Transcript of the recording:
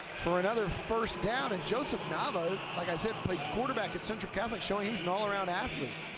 for another first down, and joseph nava, like i said, played quarterback at central catholic, showing he's an all around athlete.